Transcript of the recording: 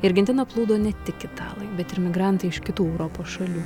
į argentiną plūdo ne tik italai bet ir migrantai iš kitų europos šalių